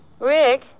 Rick